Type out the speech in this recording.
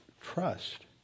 trust